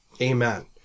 Amen